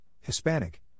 Hispanic